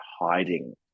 hiding